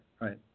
right